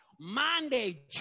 Monday